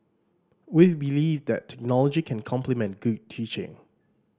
we believe that technology can complement good teaching